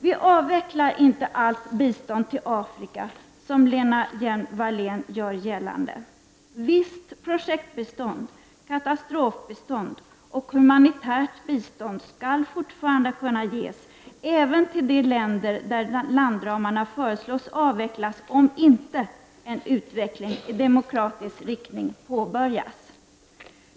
Vi moderater vill inte, som statsrådet Lena Hjelm-Wallén gör gällande, avveckla allt bistånd till Afrikas länder. Visst projektbistånd, katastrofbistånd och humanitärt bistånd skall fortfarande kunna ges även till de länder där landramarna föreslås bli avvecklade, om inte en utveckling i demokratisk riktning påbörjas.